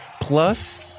plus